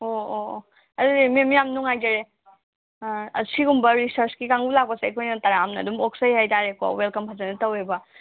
ꯑꯣ ꯑꯣ ꯑꯣ ꯑꯗꯨꯗꯤ ꯃꯦꯝ ꯌꯥꯝ ꯅꯨꯡꯉꯥꯏꯖꯔꯦ ꯑꯥ ꯑꯁꯤꯒꯨꯝꯕ ꯔꯤꯁꯔꯁꯀꯤ ꯀꯥꯡꯕꯨ ꯂꯥꯛꯄꯁꯦ ꯑꯩꯈꯣꯏꯅ ꯇꯔꯥꯝꯅ ꯑꯗꯨꯝ ꯑꯣꯛꯆꯩ ꯍꯥꯏꯇꯔꯦ ꯀꯣ ꯋꯦꯜꯀꯝ ꯐꯖꯅ ꯇꯧꯋꯦꯕ